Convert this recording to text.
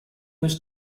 was